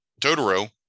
Totoro